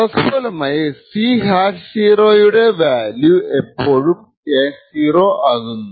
തത്ഫലമായി C hash 0 യുടെ value എപ്പോഴും K0 ആകുന്നു